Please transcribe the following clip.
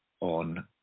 on